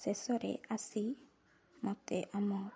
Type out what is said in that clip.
ଶେଷରେ ଆସି ମୋତେ ଆମ